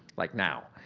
like now.